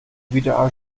wieder